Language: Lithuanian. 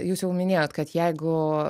jūs jau minėjot kad jeigu